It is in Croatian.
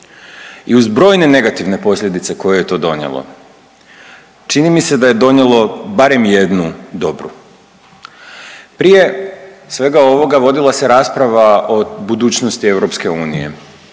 i uz brojne negativne posljedice koje je to donijelo čini mi se da je donijelo barem jednu dobru. Prije svega ovoga vodila se rasprava o budućnosti EU